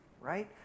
right